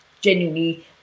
genuinely